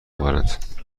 آورند